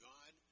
God